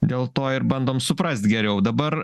dėl to ir bandom suprast geriau dabar